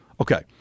Okay